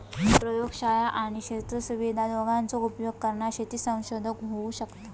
प्रयोगशाळा आणि क्षेत्र सुविधा दोघांचो उपयोग करान शेती संशोधन होऊ शकता